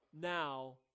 now